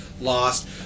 lost